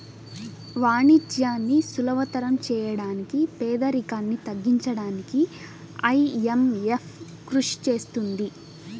వాణిజ్యాన్ని సులభతరం చేయడానికి పేదరికాన్ని తగ్గించడానికీ ఐఎంఎఫ్ కృషి చేస్తుంది